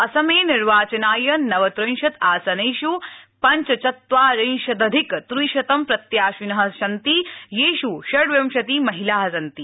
असमे निर्वाचनाय नवत्रिंशत् आसनेष् पञ्चचत्वारिंशदधिक त्रिशतं प्रत्याशिनः सन्ति येष् षड्विंशति महिलाः सन्ति